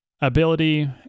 ability